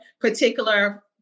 particular